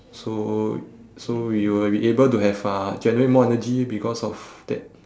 so so we will be able to have uh generate more energy because of that